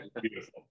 Beautiful